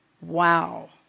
Wow